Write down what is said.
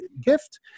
gift